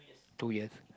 two years